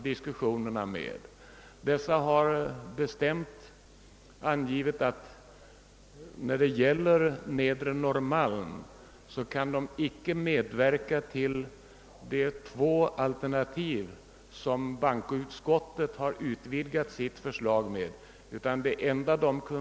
Dessa har bestämt angivit att de när det gäller Nedre Norrmalm icke kan medverka till de två alternativ som bankoutskottet har utvidgat sitt förslag med.